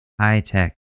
high-tech